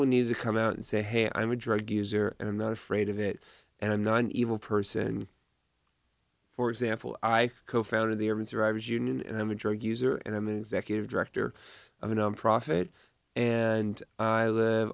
people need to come out and say hey i'm a drug user and i'm not afraid of it and i'm not an evil person for example i co founded the evans or i was union and i'm a drug user and i'm an executive director of a nonprofit and i live